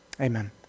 Amen